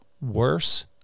worse